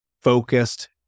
focused